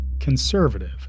conservative